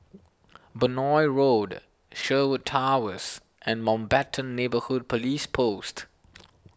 Benoi Road Sherwood Towers and Mountbatten Neighbourhood Police Post